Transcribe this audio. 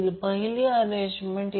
तर हा एक एक्झरसाइज आहे